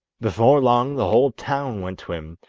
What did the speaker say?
before long the whole town went to him,